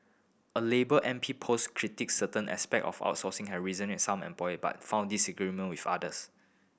a labour M P post critic certain aspect of outsourcing has resonated some employer but found disagreement with others